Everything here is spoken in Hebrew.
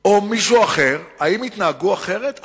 או מישהו אחר, האם יתנהגו אחרת?